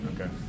okay